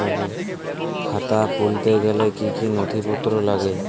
খাতা খুলতে গেলে কি কি নথিপত্র লাগে?